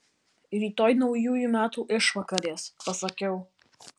rytoj naujųjų metų išvakarės pasakiau